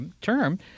term